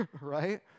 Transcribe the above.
Right